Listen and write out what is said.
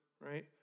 right